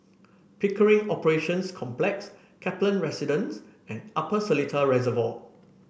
Pickering Operations Complex Kaplan Residence and Upper Seletar Reservoir